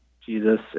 Jesus